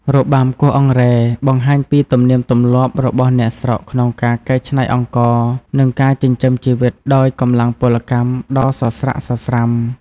របាំគោះអង្រែ បង្ហាញពីទំនៀមទម្លាប់របស់អ្នកស្រុកក្នុងការកែច្នៃអង្ករ និង ការចិញ្ចឹមជីវិតដោយកម្លាំងពលកម្ម ដ៏សស្រាក់សស្រាំ។